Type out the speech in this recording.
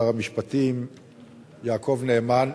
שר המשפטים יעקב נאמן,